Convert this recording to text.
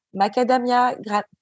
macadamia